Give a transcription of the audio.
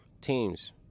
teams